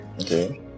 okay